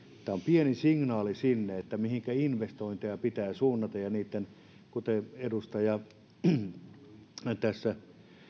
tämä on pieni signaali siitä mihinkä investointeja pitää suunnata ja kuten edustaja tässä